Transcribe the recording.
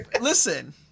listen